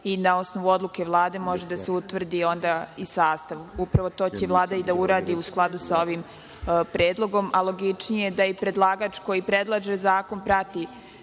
i na osnovu odluke Vlade može da se utvrdi onda i sastav. Upravo to će Vlada i da uradi, u skladu sa ovim predlogom, a logičnije je da i predlagač koji predlaže zakon prati